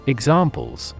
Examples